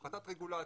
הפחתת רגולציה,